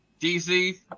DC